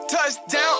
Touchdown